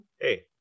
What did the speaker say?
Hey